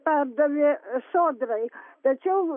pardavė sodrai tačiau